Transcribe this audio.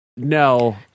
no